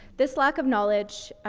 this lack of knowledge,